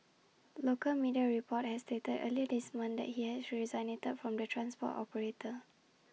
local media reports had stated earlier this month that he had resigned from the transport operator